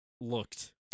looked